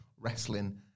wrestling